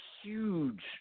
huge